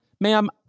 ma'am